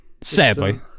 Sadly